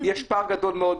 יש פער גדול מאוד,